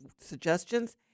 suggestions